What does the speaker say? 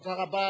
תודה רבה.